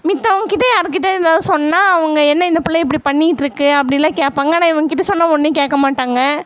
மத்தவங்கக்கிட்டயும் யார்கிட்ட எதாவது சொன்னால் அவங்க என்ன இந்த பிள்ள இப்படி பண்ணிட்டு இருக்குது அப்படில்லாம் கேட்பாங்க ஆனால் இவங்ககிட்ட சொன்னால் ஒன்றும் கேட்கமாட்டாங்க